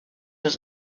was